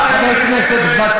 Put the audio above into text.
דקה אחת, דב, אני רוצה לומר לך משהו.